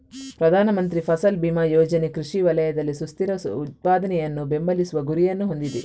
ಪ್ರಧಾನ ಮಂತ್ರಿ ಫಸಲ್ ಬಿಮಾ ಯೋಜನೆ ಕೃಷಿ ವಲಯದಲ್ಲಿ ಸುಸ್ಥಿರ ಉತ್ಪಾದನೆಯನ್ನು ಬೆಂಬಲಿಸುವ ಗುರಿಯನ್ನು ಹೊಂದಿದೆ